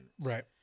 Right